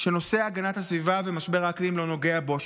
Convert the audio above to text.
שנושא הגנת הסביבה ומשבר האקלים לא נוגע בו,